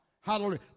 Hallelujah